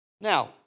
Now